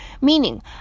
meaning